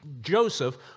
joseph